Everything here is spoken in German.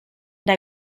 der